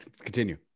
continue